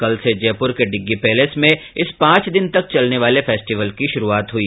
कल से जयपुर के डिग्गी पैलेस में इस पांच दिन तक चलने वाले फेस्टिवल की शुरूआत हुई